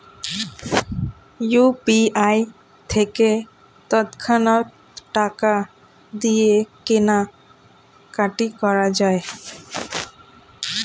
UPI থেকে তৎক্ষণাৎ টাকা দিয়ে কেনাকাটি করা যায়